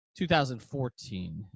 2014